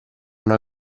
una